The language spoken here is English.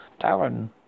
Darren